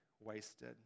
wasted